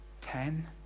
Ten